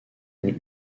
une